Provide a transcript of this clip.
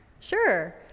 Sure